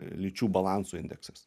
lyčių balanso indeksas